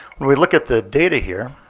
when we look at the data here,